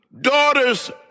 daughters